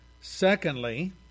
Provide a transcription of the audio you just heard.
Secondly